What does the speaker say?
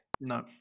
No